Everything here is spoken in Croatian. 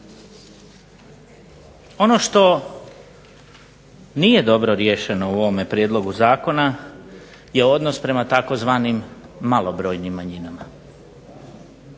Ono što nije dobro riješeno u ovome prijedlogu zakona je odnos prema tzv. "malobrojnim manjinama".